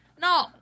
No